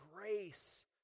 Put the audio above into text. grace